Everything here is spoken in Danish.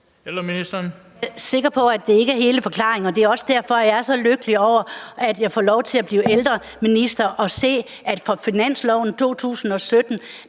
Frank): Jeg er sikker på, at det ikke er hele forklaringen, og det er også derfor, jeg er så lykkelig over, at jeg får lov til at blive ældreminister og se, at der på finansloven for